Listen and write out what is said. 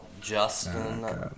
Justin